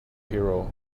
hero